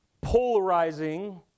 polarizing